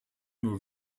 nur